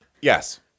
Yes